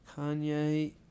Kanye